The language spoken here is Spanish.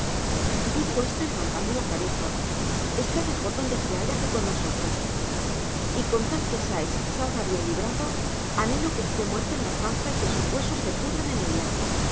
dijo esta levantando la cabezaestá mejor donarte se halla que no con nosotros y eon tal que sikes salga bien librado anhelo que esté muerto en la zanja y que sus huesos se pudran en ella